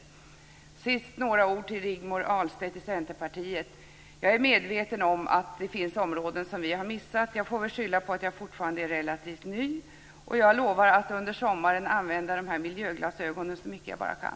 Allra sist några ord till Rigmor Ahlstedt i Centerpartiet. Jag är medveten om att det finns områden som vi har missat. Jag får väl skylla på att jag fortfarande är relativt ny men jag lovar att under sommaren använda miljöglasögonen så mycket jag bara kan.